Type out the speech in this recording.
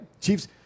Chiefs